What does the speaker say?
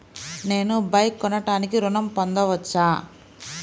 నేను బైక్ కొనటానికి ఋణం పొందవచ్చా?